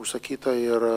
užsakyta ir